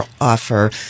offer